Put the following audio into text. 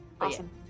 Awesome